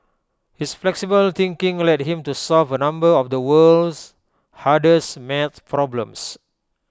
his flexible thinking led him to solve A number of the world's hardest math problems